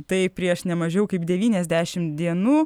tai prieš ne mažiau kaip devyniasdešimt dienų